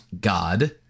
God